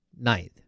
ninth